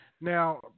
Now